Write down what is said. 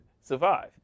survive